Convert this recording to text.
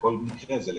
כל מקרה זה לגופו.